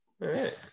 right